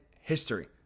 history